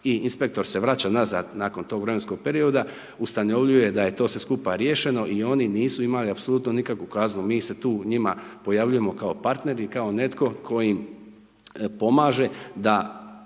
I inspektor se vraća nazad nakon tog vremenskog perioda, ustanovljuje da je to sve skupa riješeno i oni nisu imali apsolutno nikakvu kaznu. Mi se tu njima pojavljujemo kao partneri, kao netko tko im pomaže da